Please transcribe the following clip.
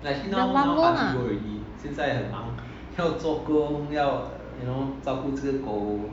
the mambo lah